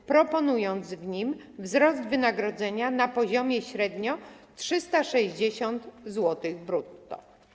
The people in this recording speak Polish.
Zaproponowała w nim wzrost wynagrodzenia na poziomie średnio 360 zł brutto.